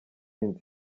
nzi